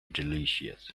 delicious